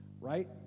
right